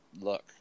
look